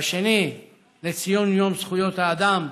והשני לציון יום זכויות האדם.